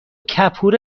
کپور